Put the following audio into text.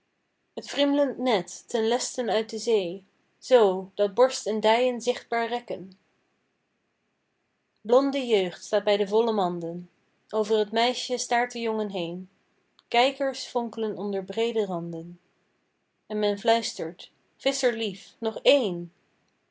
t wriemelend net ten lesten uit de zee z dat borst en dijen zichtbaar rekken blonde jeugd staat bij de volle manden over t meisje staart de jongen heen kijkers vonkelen onder breede randen en men fluistert visscherlief nog één